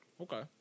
okay